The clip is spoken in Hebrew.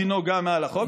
דינו גם לא מעל החוק,